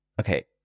Okay